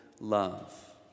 love